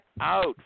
out